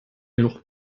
noch